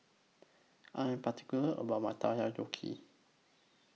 I Am particular about My Takoyaki